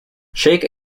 shake